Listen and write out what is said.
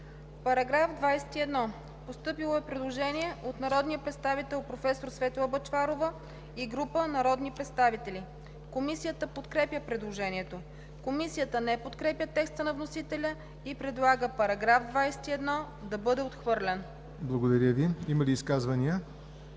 По § 21 има предложение от народния представител професор Светла Бъчварова и група народни представители. Комисията подкрепя предложението. Комисията не подкрепя текста на вносителя и предлага § 21 да бъде отхвърлен. ПРЕДСЕДАТЕЛ ЯВОР НОТЕВ: Има ли изказвания?